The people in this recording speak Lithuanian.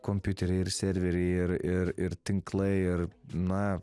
kompiuteriai ir serveriai ir ir ir tinklai ir na